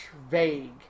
vague